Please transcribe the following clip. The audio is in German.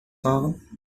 fahren